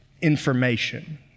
information